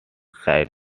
sight